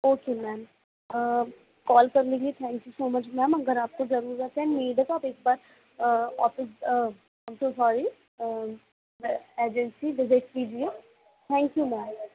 okay ma'am call करने के लिए thank you so much ma'am अगर आपको ज़रूरत है नीड है तो आप एक बार office am so sorry agency visit कीजिए थैंक यू मैम